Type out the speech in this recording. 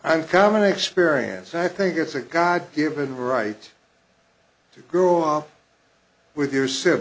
i'm common experience i think it's a god given right to grow up with your